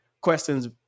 questions